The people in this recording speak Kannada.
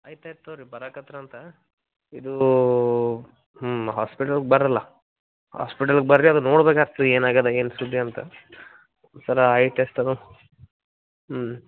ಆಯ್ತು ಆಯ್ತು ತೋರಿ ಬರಾಕತ್ರ ಅಂತ ಇದು ಹ್ಞೂ ಹಾಸ್ಪಿಟಲ್ಗೆ ಬರಲ್ಲ ಹಾಸ್ಪಿಟಲ್ಗೆ ಬರ್ರಿ ಅದು ನೋಡ್ಬೇಕಾತು ಏನು ಆಗ್ಯಾದ ಏನು ಸುದ್ದಿ ಅಂತ ಸರ ಐ ಟೆಸ್ಟ್ ಅದು ಹ್ಞೂ